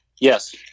Yes